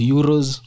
Euros